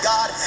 God